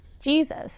Jesus